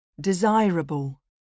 Desirable